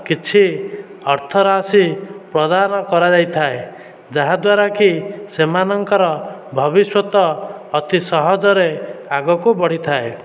କିଛି ଅର୍ଥରାଶି ପ୍ରଦାନ କରାଯାଇଥାଏ ଯାହା ଦ୍ୱାରାକି ସେମାନଙ୍କର ଭବିଷ୍ୟତ ଅତି ସହଜରେ ଆଗକୁ ବଢ଼ିଥାଏ